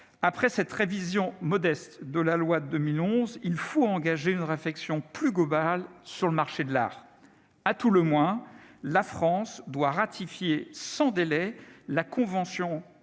Après cette révision modeste de la loi de 2011, il faut engager une réflexion plus globale sur le marché de l'art. À tout le moins, la France doit ratifier sans délai la convention